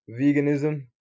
veganism